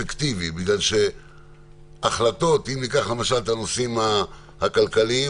אם ניקח למשל את הנושאים הכלכליים,